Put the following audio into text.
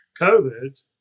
COVID